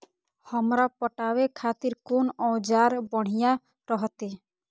हमरा पटावे खातिर कोन औजार बढ़िया रहते?